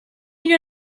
your